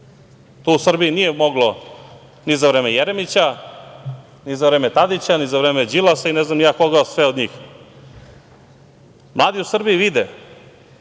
To u Srbiji nije moglo ni za vreme Jeremića, ni za vreme Tadića, ni za vreme Đilasa i ne znam ni ja koga sve od njih. Mladi u Srbiji vide